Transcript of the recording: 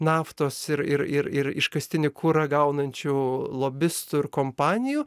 naftos ir ir ir ir iškastinį kurą gaunančių lobistų ir kompanijų